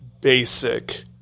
basic